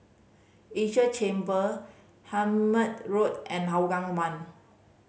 Esia Chamber Hemmant Road and Hougang One